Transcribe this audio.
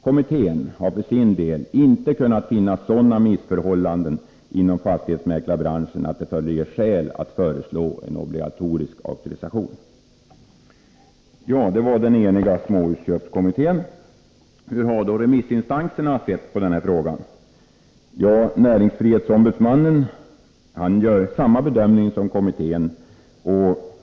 Kommittén har för sin del inte kunnat finna sådana missförhållanden inom fastighetsmäklarbranschen att det föreligger skäl att föreslå en obligatorisk auktorisation.” Hur har då remissinstanserna sett på denna fråga? Näringsfrihetsombudsmannen gör samma bedömning som kommittén.